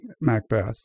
Macbeth